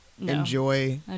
enjoy